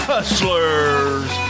Hustlers